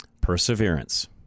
Perseverance